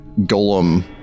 golem